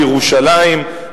לירושלים,